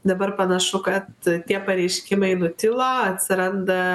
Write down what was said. dabar panašu kad tie pareiškimai nutilo atsiranda